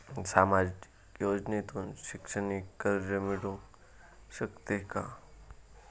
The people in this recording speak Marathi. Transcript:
सामाजिक योजनेतून शैक्षणिक कर्ज मिळू शकते का?